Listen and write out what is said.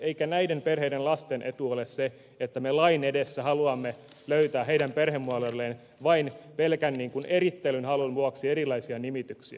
eikä näiden perheiden lasten etu ole se että me lain edessä haluamme löytää heidän perhemuodolleen vain pelkän erittelynhalun vuoksi erilaisia nimityksiä